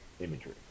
imagery